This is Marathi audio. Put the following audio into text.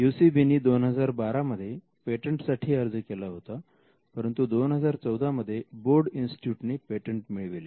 युसीबी नी 2012 मध्ये पेटंटसाठी अर्ज केला होता परंतु 2014 मध्ये बोर्ड इन्स्टिट्यूटने पेटंट मिळविले